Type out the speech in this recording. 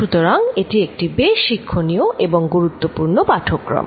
সুতরাং এটি একটি বেশ শিক্ষণীয় এবং গুরুত্বপূর্ণ পাঠক্রম